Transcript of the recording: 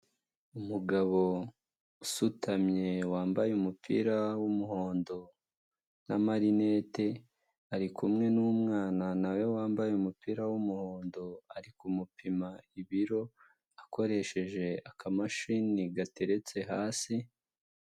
Umugabo usutamye wambaye umupira w'umuhondo na marinete, ari kumwe n'umwana nawe wambaye umupira w'umuhondo ari kumupima ibiro, akoresheje aka mashini gateretse hasi.